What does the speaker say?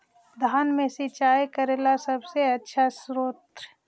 धान मे सिंचाई करे ला सबसे आछा स्त्रोत्र?